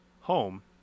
home